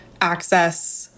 access